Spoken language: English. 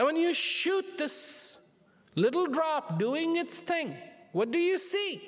and when you shoot this little drop doing its thing what do you see